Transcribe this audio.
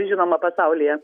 žinoma pasaulyje